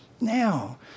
now